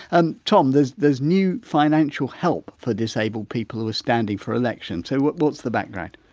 and tom, there's there's new financial help for disabled people who are standing for election. so, what's the background?